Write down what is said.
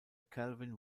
calvin